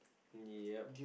yup